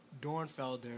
Dornfelder